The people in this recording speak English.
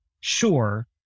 sure